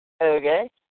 Okay